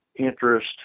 Interest